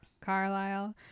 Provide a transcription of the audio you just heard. Carlisle